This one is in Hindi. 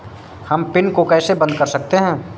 हम पिन को कैसे बंद कर सकते हैं?